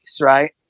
right